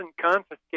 confiscate